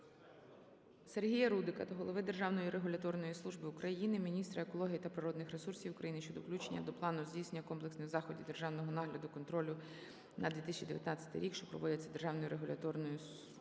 Сергія Рудика до голови Державної регуляторної служби України, міністра екології та природних ресурсів України щодо включення до Плану здійснення комплексних заходів державного нагляду (контролю) на 2019 рік, що проводяться Державною регуляторною службою